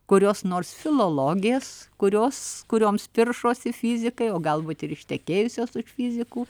kurios nors filologės kurios kurioms piršosi fizikai o galbūt ir ištekėjusios už fizikų